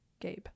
Gabe